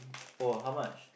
oh how much